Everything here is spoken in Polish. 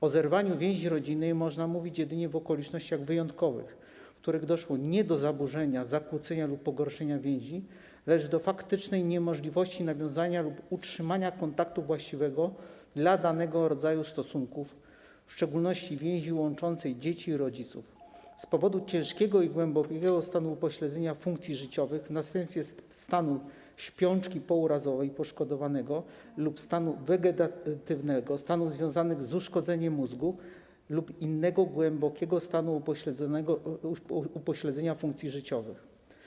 O zerwaniu więzi rodzinnej można mówić jedynie w okolicznościach wyjątkowych, w których doszło nie do zaburzenia, zakłócenia lub pogorszenia więzi, lecz do faktycznej niemożności nawiązania lub utrzymania kontaktu właściwego dla danego rodzaju stosunków, w szczególności więzi łączącej dzieci i rodziców, z powodu ciężkiego i głębokiego stanu upośledzenia funkcji życiowych w następstwie stanu śpiączki pourazowej poszkodowanego lub stanu wegetatywnego, stanu związanego z uszkodzeniem mózgu lub innego głębokiego stanu upośledzenia funkcji życiowych.